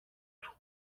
του